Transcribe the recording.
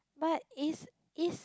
but is is